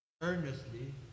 earnestly